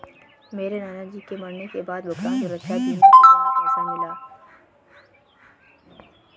मेरे नाना जी के मरने के बाद भुगतान सुरक्षा बीमा के द्वारा पैसा मिला